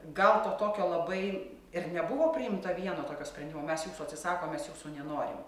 gal to tokio labai ir nebuvo priimta vieno tokio sprendimo mes jūsų atsisakom mes jūsų nenorim